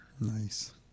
Nice